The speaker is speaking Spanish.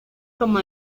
como